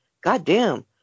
goddamn